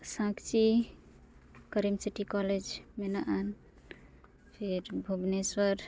Sakchi Karim City college ᱢᱮᱱᱟᱜ ᱟᱱ ᱯᱷᱮᱨ ᱵᱷᱩᱵᱽᱱᱮᱥᱥᱚᱨ